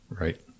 right